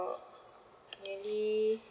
nearly